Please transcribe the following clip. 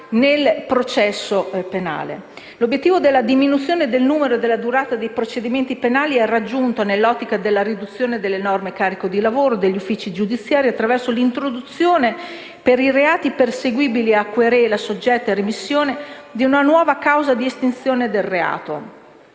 nel processo penale. L'obiettivo della diminuzione del numero e della durata dei procedimenti penali è raggiunto, nell'ottica della riduzione dell'enorme carico di lavoro degli uffici giudiziari, attraverso l'introduzione, per i reati perseguibili a querela soggetta a remissione, di una nuova causa di estinzione del reato: